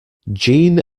jeanne